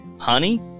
honey